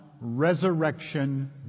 resurrection